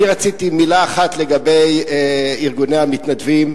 אני רציתי לומר מלה אחת לגבי ארגוני המתנדבים,